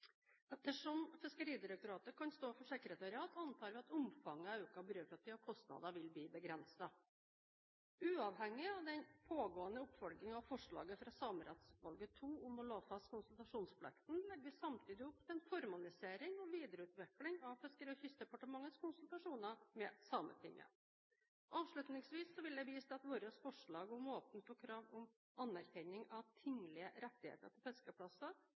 Fiskeridirektoratet kan stå for sekretariat, antar vi at omfanget av økt byråkrati og kostnader vil bli begrenset. Uavhengig av den pågående oppfølgingen av forslaget fra Samerettsutvalet II om å lovfeste konsultasjonsplikten, legger vi samtidig opp til en formalisering og videreutvikling av Fiskeri- og kystdepartementets konsultasjoner med Sametinget. Avslutningsvis vil jeg vise til vårt forslag om å åpne for krav om anerkjennelse av tinglige rettigheter